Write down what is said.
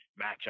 matchup